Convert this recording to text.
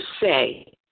say